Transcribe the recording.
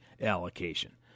allocation